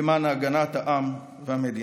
למען הגנת העם והמדינה.